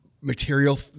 material